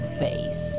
face